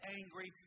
angry